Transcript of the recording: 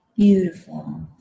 Beautiful